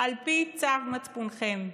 על פי צו מצפונכם.